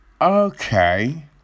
Okay